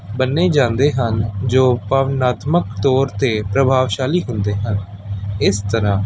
ਬੰਨ੍ਹੇ ਜਾਂਦੇ ਹਨ ਜੋ ਭਾਵਨਾਤਮਕ ਤੌਰ 'ਤੇ ਪ੍ਰਭਾਵਸ਼ਾਲੀ ਹੁੰਦੇ ਹਨ ਇਸ ਤਰ੍ਹਾਂ